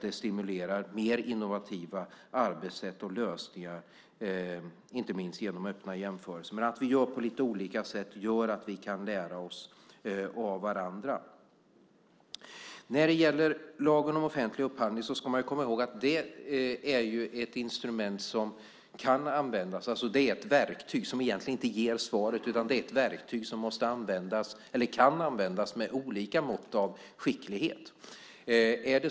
Det stimulerar mer innovativa arbetssätt och lösningar inte minst genom öppna jämförelser. Att vi gör på lite olika sätt gör att vi kan lära oss av varandra. Man ska komma ihåg att lagen om offentlig upphandling är ett instrument som kan användas. Det är ett verktyg som egentligen inte ger svaret. Det är ett verktyg som kan användas med olika mått av skicklighet.